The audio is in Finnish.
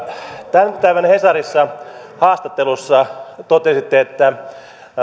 tämän päivän hesarin haastattelussa totesitte että